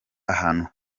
ahantu